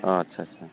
अ आच्चा चा